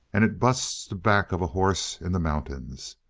and it busts the back of a horse in the mountains.